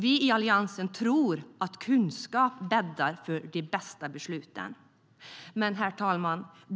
Vi i Alliansen tror att kunskap bäddar för de bästa besluten.